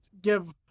give